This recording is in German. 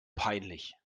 peinlich